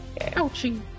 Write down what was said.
Ouchie